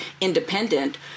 independent